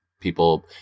people